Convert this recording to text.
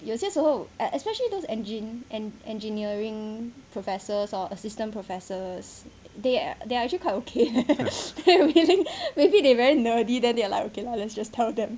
有些时候 especially those engine engineering professors or assistant professors they they are actually quite okay maybe maybe they very nerdy then they are like okay lah let's just tell them